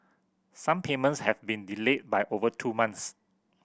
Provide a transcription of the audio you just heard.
some payments have been delayed by over two months